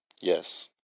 yes